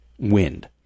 wind